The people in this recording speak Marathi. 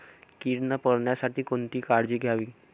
कीड न पडण्यासाठी कोणती काळजी घ्यावी?